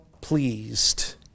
pleased